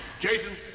jason,